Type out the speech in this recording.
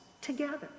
together